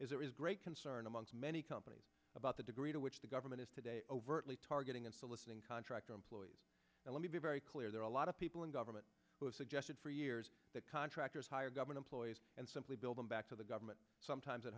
is there is great concern amongst many companies about the degree to which the government is today overtly targeting and soliciting contractor employees and let me be very clear there are a lot of people in government who have suggested for years that contractors hire govern employees and simply build them back to the government sometimes